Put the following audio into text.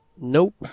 Nope